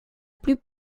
plus